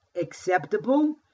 acceptable